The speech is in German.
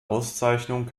auszeichnung